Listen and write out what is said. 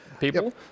people